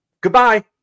Goodbye